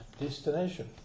destination